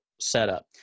setup